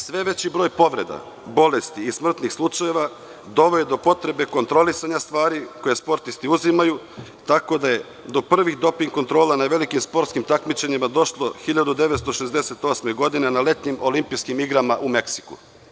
Sve veći broj povreda, bolesti i smrtnih slučajeva doveo je do potrebe kontrolisanja stvari koje sportisti uzimaju, tako da je do prvih doping kontrola na velikim sportskim takmičenjima došlo 1968. godine na Letnjim olimpijskim igrama u Meksiku.